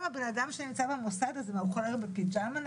אדם שנמצא במוסד, הוא יכול ללכת בפיג'מה?